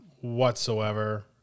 whatsoever